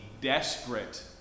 desperate